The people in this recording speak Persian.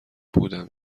بودم